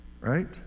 right